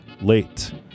late